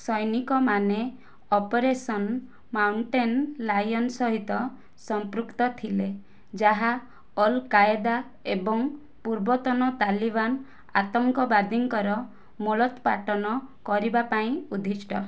ସୈନିକମାନେ operation mountain lion ସହିତ ସମ୍ପୃକ୍ତ ଥିଲେ ଯାହା ଅଲ୍ କାଏଦା ଏବଂ ପୂର୍ବତନ ତାଲିବାନ୍ ଆତଙ୍କବାଦୀଙ୍କର ମୂଳୋତ୍ପାଟନ କରିବା ପାଇଁ ଉଦ୍ଦିଷ୍ଟ